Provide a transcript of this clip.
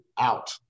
out